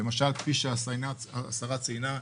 כפי שהשרה ציינה,